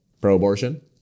pro-abortion